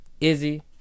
Izzy